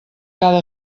cada